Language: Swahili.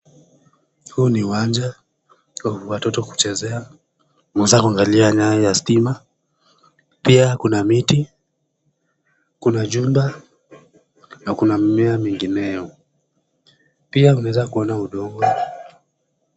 Huu ni uwanja wa watoto kuchezea. Unaweza kuangalia nyaya ya stima. Pia kuna miti, kuna jumba na kuna mimea mingineyo. Pia unaweza kuona udongo.